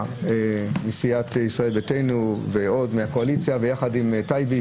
סיעת ישראל ביתנו מהקואליציה יחד עם טייבי,